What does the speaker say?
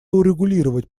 урегулировать